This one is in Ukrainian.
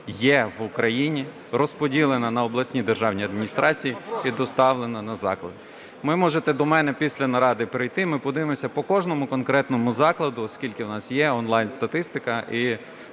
є в Україні, розподілена на обласні державні адміністрації і доставлена на заклади. Ви можете до мене після наради прийти, ми подивимося по кожному конкретному закладу, оскільки у нас є онлайн-статистика,